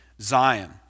Zion